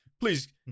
Please